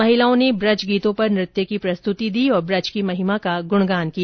महिलाओं ने ब्रज गीतों पर नृत्य की प्रस्तुति दी और ब्रज की महिमा का गुणगान किया